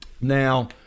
Now